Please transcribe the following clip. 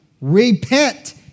Repent